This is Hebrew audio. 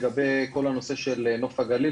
לגבי כל הנושא הזה של נוף הגליל,